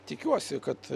tikiuosi kad